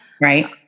Right